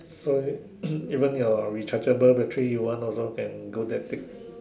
so even your rechargeable battery you want also can go there take